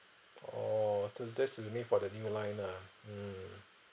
oh so that's remain the new line lah mm